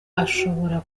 ashobora